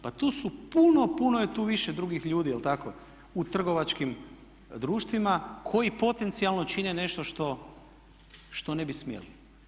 Pa tu su puno, puno je tu više drugih ljudi u trgovačkim društvima koji potencijalno čine nešto šta ne bi smjeli.